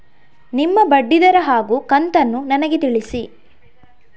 ನಿಮ್ಮ ಬಡ್ಡಿದರ ಹಾಗೂ ಕಂತನ್ನು ನನಗೆ ತಿಳಿಸಿ?